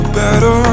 better